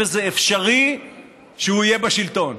וזה אפשרי שהוא יהיה בשלטון.